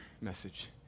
message